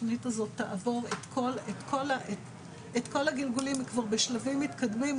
התכנית הזאת תעבור את כל הגלגולים כבר בשלבים מתקדמים,